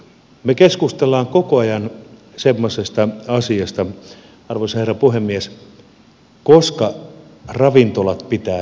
me keskustelemme koko ajan semmoisesta asiasta arvoisa herra puhemies koska ravintolat pitää pistää kiinni